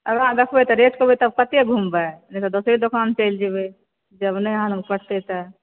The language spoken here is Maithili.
आगाँ देखबै तऽ रेट कहबै तऽ कतय घूमबै नहि तऽ दोसरे दोकान चलि जेबै जब नहि अहाँ लगमे पटतै तऽ